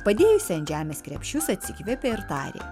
padėjusi ant žemės krepšius atsikvėpė ir tarė